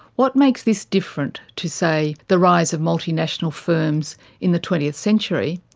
what makes this different to say, the rise of multi national firms in the twentieth century,